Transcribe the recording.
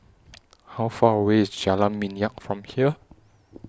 How Far away IS Jalan Minyak from here